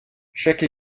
chaque